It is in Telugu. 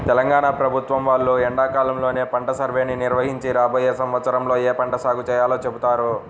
తెలంగాణ ప్రభుత్వం వాళ్ళు ఎండాకాలంలోనే పంట సర్వేని నిర్వహించి రాబోయే సంవత్సరంలో ఏ పంట సాగు చేయాలో చెబుతారు